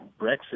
Brexit